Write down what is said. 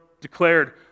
declared